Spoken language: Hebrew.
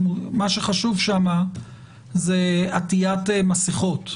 מה שחשוב שם זה עטית מסכות,